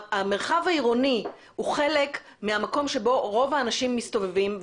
המרחב העירוני הוא חלק מהמקום שבו רוב האנשים מסתובבים.